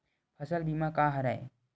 फसल बीमा का हरय?